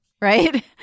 Right